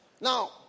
now